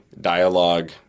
dialogue